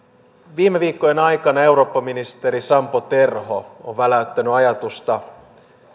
viime viikkojen aikana eurooppaministeri sampo terho on väläyttänyt ajatusta